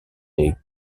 les